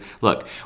look